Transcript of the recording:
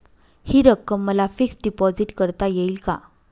हि रक्कम मला फिक्स डिपॉझिट करता येईल का?